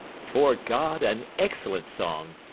fore god, an excellent song.